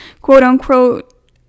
quote-unquote